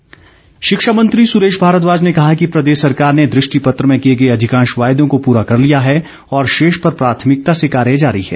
भारद्वाज शिक्षा मंत्री सुरेश भारद्वाज ने कहा है कि प्रदेश सरकार ने दृष्टिपत्र में किए गए अधिकांश वायदों को पूरा कर लिया है और ्रोष पर प्राथमिकता से कार्य जारी है